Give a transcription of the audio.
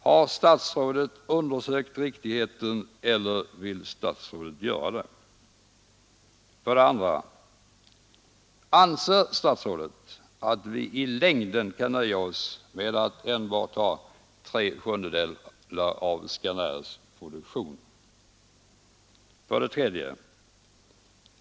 Har statsrådet undersökt riktigheten härav eller vill statsrådet göra det? 2. Anser statsrådet att vi i längden kan nöja oss med att ha enbart tre sjundedelar av Scanairs produktion? 3.